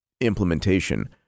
implementation